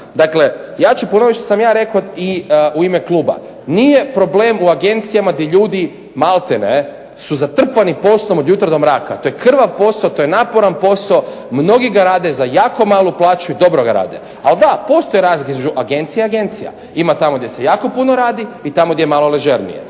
dakle ja ću ponovit što sam ja rekao i u ime kluba, nije problem u agencijama gdje ljudi malte ne su zatrpani poslom od jutra do mraka, to je krvav posao, to je naporan posao. Mnogi ga rade za jako malu plaću i dobro ga rade. Ali da, postoje razlike između agencija i agencija. Ima tamo gdje se jako puno radi i tamo gdje je malo ležernije.